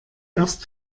erst